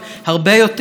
הפוליטיקאים.